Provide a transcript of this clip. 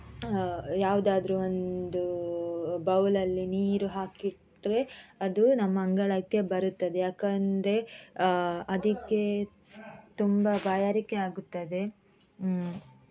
ಯಾವ್ದಾದ್ರೂ ಒಂದು ಬೌಲಲ್ಲಿ ನೀರು ಹಾಕಿಟ್ಟರೆ ಅದು ನಮ್ಮ ಅಂಗಳಕ್ಕೆ ಬರುತ್ತದೆ ಯಾಕೆಂದ್ರೆ ಅದಕ್ಕೆ ತುಂಬ ಬಾಯಾರಿಕೆ ಆಗುತ್ತದೆ